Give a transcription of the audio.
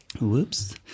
Whoops